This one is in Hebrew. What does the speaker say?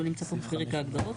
זה לא נמצא פה בפרק ההגדרות?